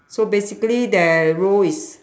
so basically their role is